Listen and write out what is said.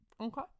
Okay